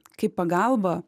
kaip pagalba